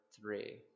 three